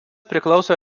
priklauso